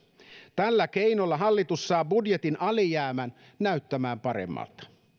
tällä keinolla hallitus saa budjetin alijäämän näyttämään paremmalta